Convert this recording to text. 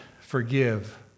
forgive